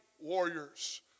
warriors